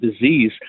disease